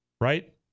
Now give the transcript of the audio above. right